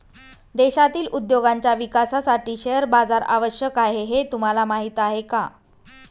देशातील उद्योगांच्या विकासासाठी शेअर बाजार आवश्यक आहे हे तुम्हाला माहीत आहे का?